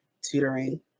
tutoring